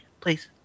please